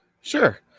Sure